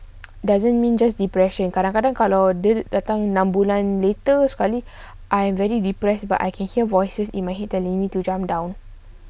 doesn't mean just depression kadang-kadang kalau dia datang enam bulan later sekali I am very depressed but I can hear voices in my head telling me to jump down